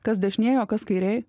kas dešinėj o kas kairėj